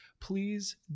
Please